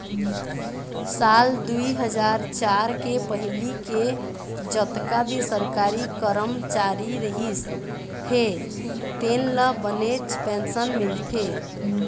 साल दुई हजार चार के पहिली के जतका भी सरकारी करमचारी रहिस हे तेन ल बनेच पेंशन मिलथे